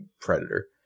predator